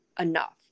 Enough